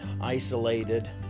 isolated